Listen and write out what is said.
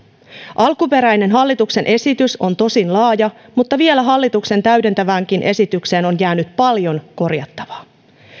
alkuperäinen hallituksen esitys on tosin laaja mutta vielä hallituksen täydentäväänkin esitykseen on jäänyt paljon korjattavaa